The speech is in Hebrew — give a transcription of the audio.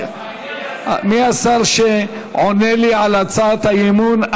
מי השר שעונה לי על הצעת האי-אמון?